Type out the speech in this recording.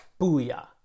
Booyah